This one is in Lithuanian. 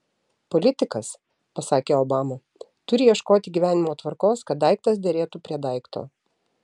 politikas pasakė obama turi ieškoti gyvenimo tvarkos kad daiktas derėtų prie daikto